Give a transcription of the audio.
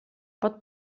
pot